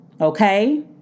okay